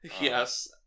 yes